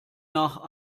nach